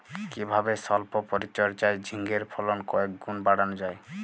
কিভাবে সল্প পরিচর্যায় ঝিঙ্গের ফলন কয়েক গুণ বাড়ানো যায়?